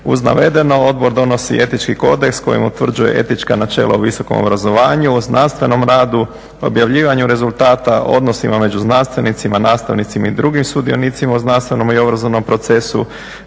Uz navedeno, odbor donosi etički kodeks kojim utvrđuje etička načela u visokom obrazovanju, znanstvenom radu, objavljivanju rezultata, odnosima među znanstvenicima, nastavnicima i drugim sudionicima u znanstvenom i obrazovnom procesu,